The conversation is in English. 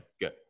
Good